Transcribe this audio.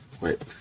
wait